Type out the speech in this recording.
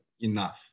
enough